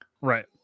Right